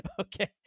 Okay